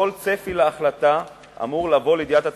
כל צפי להחלטה אמור לבוא לידיעת הציבור.